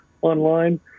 online